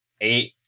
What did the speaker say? eight